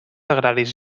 agraris